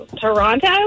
Toronto